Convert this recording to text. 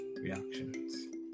reactions